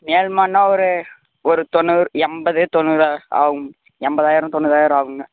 மேல் மாடின்னா ஒரு ஒரு தொண்ணூறு எண்பது தொண்ணூறு ஆகும் எண்பதாயிரம் தொண்ணூறாயிரம் ஆகும்ங்க